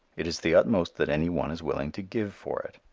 it is the utmost that any one is willing to give for it.